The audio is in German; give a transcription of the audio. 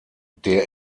der